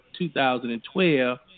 2012